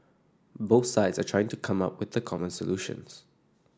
both sides are trying to come up with common solutions